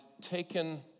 taken